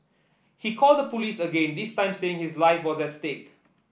he called the police again this time saying his life was at stake